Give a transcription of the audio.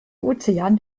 ozean